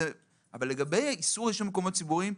לגבי איסור העישון במקומות ציבוריים,